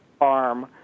arm